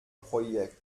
projekt